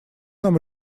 нам